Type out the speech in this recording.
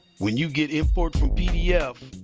when you get import from pdf,